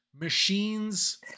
machines